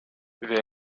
vers